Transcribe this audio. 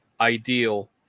ideal